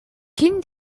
quin